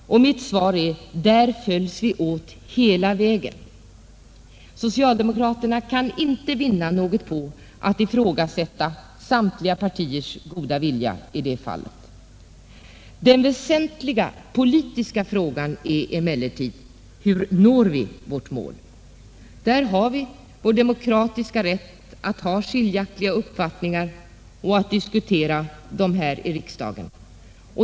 Mitt svar är: Där följs vi åt hela vägen. Socialdemokraterna kan inte vinna något genom att ifrågasätta samtliga partiers goda vilja i det fallet. Den väsentliga politiska frågan är emellertid: Hur når vi vårt mål? Där har vi vår demokratiska rätt att ha skiljaktiga uppfattningar och att diskutera dem här i riksdagen.